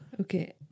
Okay